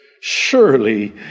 Surely